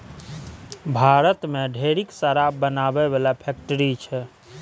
भारत मे ढेरिक शराब बनाबै बला फैक्ट्री छै